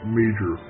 major